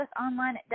online